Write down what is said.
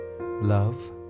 love